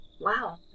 Wow